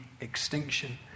extinction